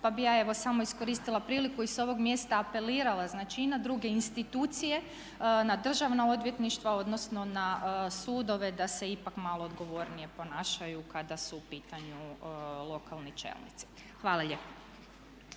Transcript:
Pa bih ja evo samo iskoristila priliku i sa ovog mjesta apelirala znači i na druge institucije, na državna odvjetništva, odnosno na sudove da se ipak malo odgovornije ponašaju kada su u pitanju lokalni čelnici. Hvala lijepa.